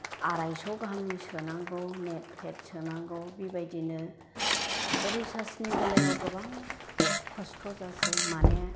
आराइस' गाहामनि सोनांगौ नेट पेक सोनांगौ बिबायदिनो रिसार्चनि बेलायाव गोबां खस्थ' जासै माने